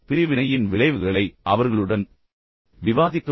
இப்போது பிரிவினையின் விளைவுகளை அவர்களுடன் விவாதிக்கவும்